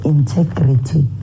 Integrity